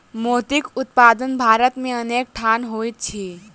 मोतीक उत्पादन भारत मे अनेक ठाम होइत अछि